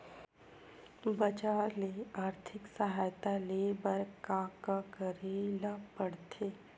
बजार ले आर्थिक सहायता ले बर का का करे ल पड़थे?